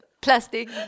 plastic